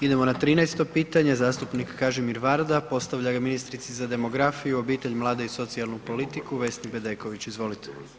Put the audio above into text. Idemo na 13. pitanje, zastupnik Kažimir Varda, postavlja ga ministrici za demografiju, obitelj, mlade i socijalnu politiku, Vesni Bedeković, izvolite.